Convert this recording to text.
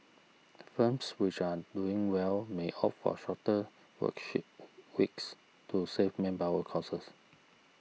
firms which are doing well may opt for shorter work sheet weeks to save manpower causes